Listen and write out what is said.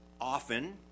often